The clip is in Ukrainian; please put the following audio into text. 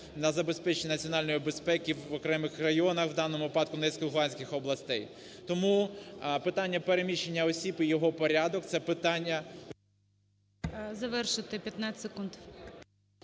на забезпечення національної безпеки в окремих районах, в даному випадку в Донецькій, Луганській областях. Тому питання переміщення осіб і його порядок це питання… ГОЛОВУЮЧИЙ. Завершити 15 секунд.